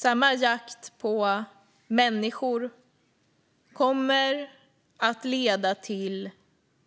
Samma jakt på människor kommer att leda till